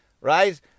right